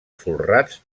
folrats